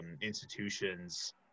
institutions